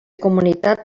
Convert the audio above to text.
comunitat